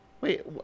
Wait